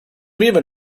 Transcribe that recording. meaning